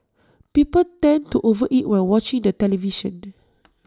people tend to over eat while watching the television